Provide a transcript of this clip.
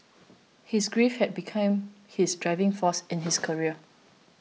his grief had become his driving force in his career